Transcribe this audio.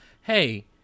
hey